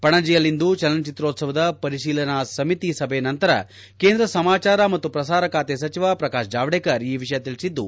ಪಣಜಿಯಲ್ಲಿಂದು ಚಲನಚಿತ್ರೋತ್ಸವದ ಪರಿಶೀಲನಾ ಸಮಿತಿ ಸಭೆ ನಂತರ ಕೇಂದ್ರ ಸಮಾಚಾರ ಮತ್ತು ಪ್ರಸಾರ ಖಾತೆ ಸಚಿವ ಪ್ರಕಾಶ್ ಜಾವ್ದೇಕರ್ ಈ ವಿಷಯ ತಿಳಿಸಿದ್ದು